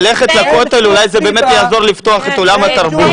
ללכת לכותל, אולי זה באמת יפתח את עולם התרבות.